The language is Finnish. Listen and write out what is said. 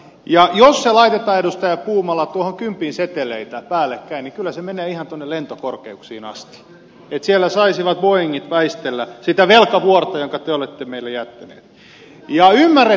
ja jos laitetaan edustaja puumala tuohon kympin seteleitä päällekkäin niin kyllä se menee ihan tuonne lentokorkeuksiin asti että siellä saisivat boeingit väistellä sitä velkavuorta jonka te olette meille jättäneet